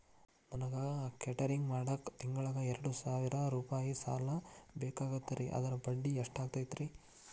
ನನಗ ಕೇಟರಿಂಗ್ ಮಾಡಾಕ್ ತಿಂಗಳಾ ಎರಡು ಸಾವಿರ ರೂಪಾಯಿ ಸಾಲ ಬೇಕಾಗೈತರಿ ಅದರ ಬಡ್ಡಿ ಎಷ್ಟ ಆಗತೈತ್ರಿ?